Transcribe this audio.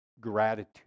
gratitude